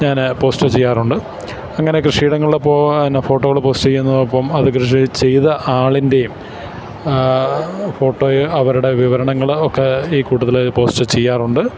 ഞാന് പോസ്റ്റ് ചെയ്യാറുണ്ട് അങ്ങനെ കൃഷിയിടങ്ങളിലെ ഫോട്ടോകള് പോസ്റ്റ് ചെയ്യുന്നതിനൊപ്പം അതു കൃഷി ചെയ്ത ആളിൻ്റെയും ഫോട്ടോയും അവരുടെ വിവരണങ്ങള് ഒക്കെ ഈ കൂട്ടത്തില് പോസ്റ്റ് ചെയ്യാറുണ്ട്